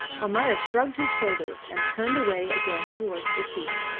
almayer shrugged his shoulders and turned away again towards the sea.